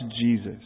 Jesus